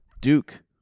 Duke